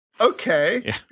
Okay